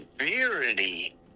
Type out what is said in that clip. severity